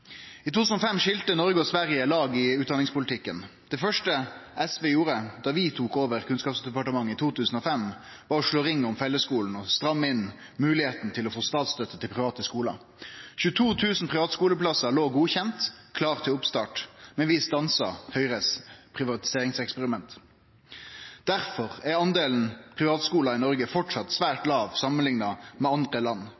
I 2005 skilde Noreg og Sverige lag i utdanningspolitikken. Det første SV gjorde da vi tok over Kunnskapsdepartementet i 2005, var å slå ring om fellesskulen og stramme inn moglegheita til å få statsstøtte til private skular. 22 000 privatskuleplassar låg godkjende, klare til oppstart, men vi stansa Høgres privatiseringseksperiment. Derfor er delen privatskular i Noreg framleis svært låg samanlikna med andre land